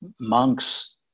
monks